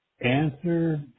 answer